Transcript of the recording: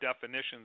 definitions